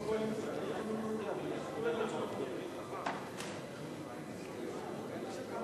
להצעה לסדר-היום ולהעביר את הנושא לוועדה שתקבע ועדת הכנסת נתקבלה.